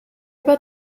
about